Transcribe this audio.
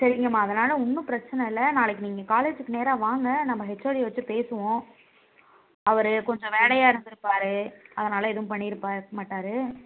சரிங்க மா அதனால் ஒன்னும் பிரச்சின இல்லை நாளைக்கு நீங்கள் காலேஜ்ஜுக்கு நேராக வாங்க நம்ம ஹெச்ஓடியை வச்சு பேசுவோம் அவர் கொஞ்சம் வேலையாக இருந்துருப்பார் அதனால எதுவும் பண்ணிருக்க மாட்டார்